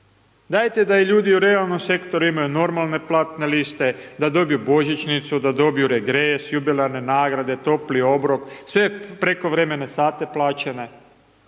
Dajte da i ljudi u realnom sektoru imaju normalne platne liste, da dobiju božićnicu, da dobiju regres, jubilarne nagrade, topli obrok, sve prekovremene sate plaćene,